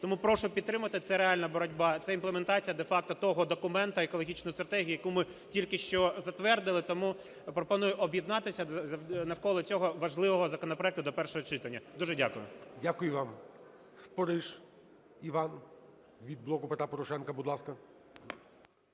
Тому прошу підтримати, це реально боротьба… це імплементація де-факто того документу екологічної стратегії, яку ми тільки що затвердили. Тому пропоную об'єднатися навколо цього важливого законопроекту до першого читання. Дуже дякую. ГОЛОВУЮЧИЙ. Дякую вам. Спориш Іван від "Блоку Петра Порошенка". Будь ласка.